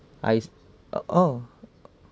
I oh